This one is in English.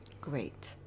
Great